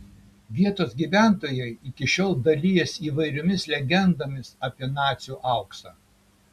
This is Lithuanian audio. vietos gyventojai iki šiol dalijasi įvairiomis legendomis apie nacių auksą